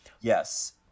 Yes